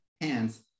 hands